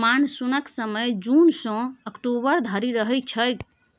मानसुनक समय जुन सँ अक्टूबर धरि रहय छै